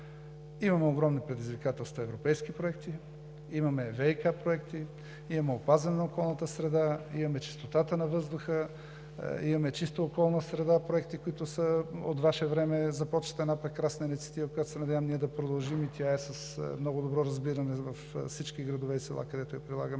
Имаме огромни предизвикателства: имаме европейски проекти, имаме ВиК проекти, имаме за опазване на околната среда, имаме чистотата на въздуха, имаме проекти за чиста околна среда, които са от Ваше време – една прекрасна инициатива, която се надявам ние да продължим. Тя е с много добро разбиране във всички градове и села, където я прилагаме.